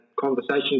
conversation